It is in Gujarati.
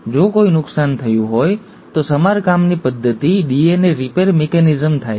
જો કોઈ નુકસાન થયું હોય તો સમારકામની પદ્ધતિ ડીએનએ રિપેર મિકેનિઝમ થાય છે